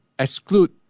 exclude